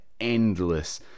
endless